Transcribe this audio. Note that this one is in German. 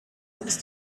ist